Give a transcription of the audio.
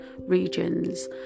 regions